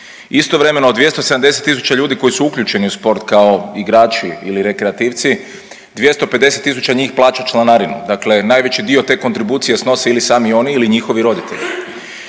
Istovremeno, od 270 tisuća ljudi koji su uključeni u sport kao igrači ili rekreativci, 250 tisuća njih plaća članarinu. Dakle najveći dio te kontribucije snose ili sami oni ili njihovi roditelji.